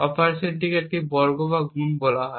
অপারেশনটিকে একটি বর্গ এবং গুণ বলা হয়